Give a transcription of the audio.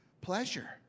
pleasure